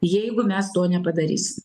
jeigu mes to nepadarysim